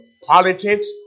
Politics